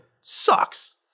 sucks